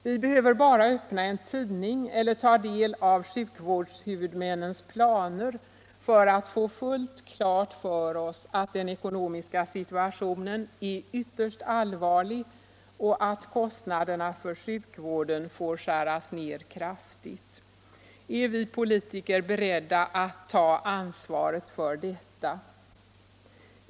Vi behöver bara öppna en tidning eller ta del av sjukvårdshuvudmännens planer för att få fullt klart för oss att den ekonomiska situationen är ytterst allvarlig och att kostnaderna för sjukvården får skäras ner kraftigt. Är vi politiker beredda att ta ansvaret för detta?